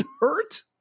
Hurt